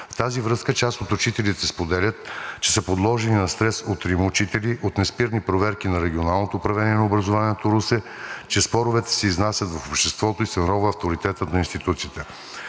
В тази връзка част от учителите споделят, че са подложени на стрес от трима учители, от неспирни проверки на Регионалното управление на образованието – Русе, че споровете се изнасят в обществото и се оронва авторитетът на институцията.